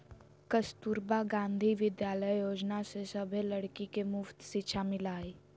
कस्तूरबा गांधी विद्यालय योजना से सभे लड़की के मुफ्त शिक्षा मिला हई